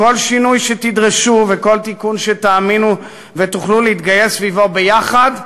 כל שינוי שתדרשו וכל תיקון שתאמינו בו ותוכלו להתגייס סביבו ביחד,